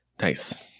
Nice